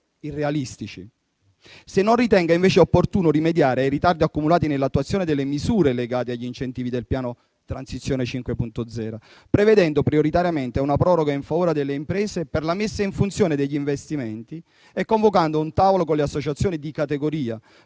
inoltre se non ritenga invece opportuno rimediare ai ritardi accumulati nell'attuazione delle misure legate agli incentivi del piano Transizione 5.0, prevedendo prioritariamente una proroga in favore delle imprese per la messa in funzione degli investimenti e convocando un tavolo con le associazioni di categoria